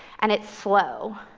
and it's slow,